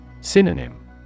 Synonym